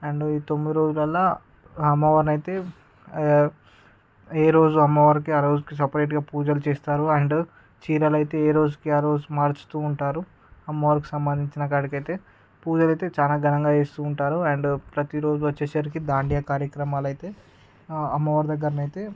and ఈ తొమ్మిది రోజులల్ల అమ్మవారినైతే ఏ రోజు అమ్మవారికి ఆ రోజు సెపరేటుగా పూజలు చేస్తారు అండ్ చీరలైతే ఏ రోజుకి ఆ రోజు మారుస్తూ ఉంటారు అమ్మవారికి సంబందించిన కాడకైతే పూజలైతే చాలా ఘనంగా చేస్తూ ఉంటారు అండ్ ప్రతిరోజూ వచ్చేసరికి దాండియా కార్యక్రమాలైతే అమ్మవారి దగ్గరనైతే